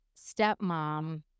stepmom